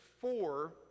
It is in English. four